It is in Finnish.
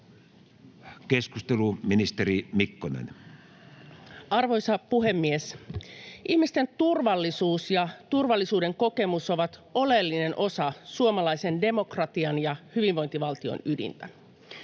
Keskustelu, ministeri Mikkonen. Arvoisa puhemies! Ihmisten turvallisuus ja turvallisuuden kokemus ovat oleellinen osa suomalaisen demokratian ja hyvinvointivaltion ydintä.